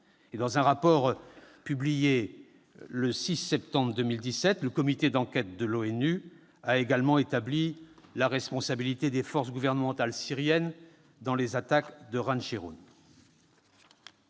Dans un rapport publié le 6 septembre 2017, le comité d'enquête de l'ONU a également établi la responsabilité des forces gouvernementales syriennes dans les attaques de Khan Cheikhoun.